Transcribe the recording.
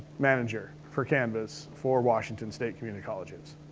manager for canvas for washington state community colleges.